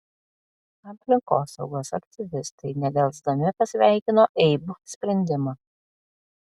aplinkosaugos aktyvistai nedelsdami pasveikino eib sprendimą